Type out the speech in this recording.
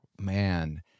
man